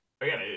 again